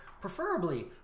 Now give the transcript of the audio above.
preferably